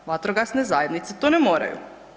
Vatrogasne zajednice to ne moraju.